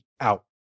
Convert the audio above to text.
out